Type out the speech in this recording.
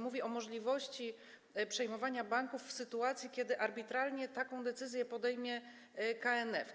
Mówi ona o możliwości przejmowania banków w sytuacji, kiedy arbitralnie taką decyzję podejmie KNF,